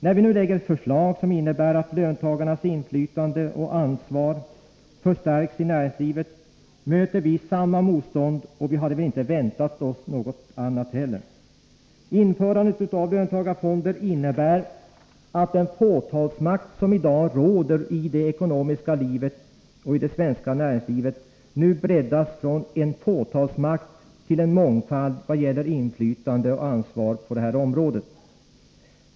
När vi nu lägger fram ett förslag som innebär att löntagarnas inflytande och ansvar förstärks i näringslivet möter vi samma motstånd, och vi hade väl inte väntat oss något annat heller. Införandet av löntagarfonder innebär att den fåtalsmakt som i dag råder i det ekonomiska livet och i det svenska näringslivet nu breddas till en mångfald i vad gäller inflytande och ansvar på detta område.